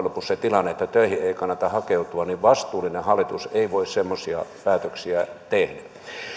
lopuksi se tilanne että töihin ei kannata hakeutua niin vastuullinen hallitus ei voi semmoisia päätöksiä tehdä